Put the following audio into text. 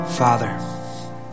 Father